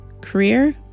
career